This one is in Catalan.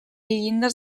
llindes